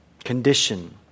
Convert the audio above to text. condition